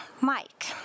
Mike